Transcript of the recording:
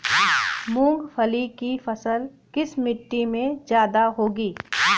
मूंगफली की फसल किस मिट्टी में ज्यादा होगी?